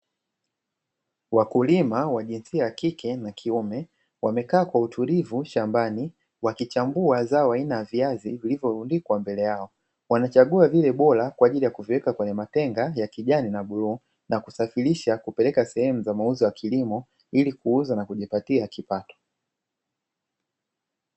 Wakulima wa jinsia ya kike na kiume wamekaa kwa utulivu shambani wakichambua zao aina ya viazi vilivyorundikwa mbele yao wanachagua vile bora kwa ajili ya kuviweka kwenye matenga ya kijani na bluu na kusafirisha kupeleka sehemu za mauzo ya kilimo, ili kuuza na kujipatia kipato.